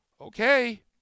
Okay